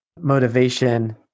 motivation